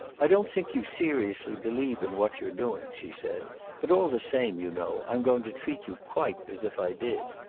i don't think you seriously believe in what you're doing, she said but all the same, you know, i'm going to treat you quite as if i did.